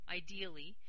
ideally